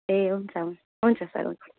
ए हुन्छ हुन्छ सर हुन्छ